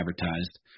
advertised